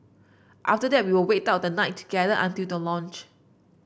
after that we'll wait out the night together until the launch